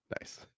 nice